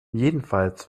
jedenfalls